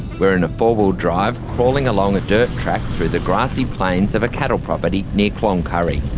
we're in a four-wheel-drive, crawling along a dirt track through the grassy plains of a cattle property near cloncurry.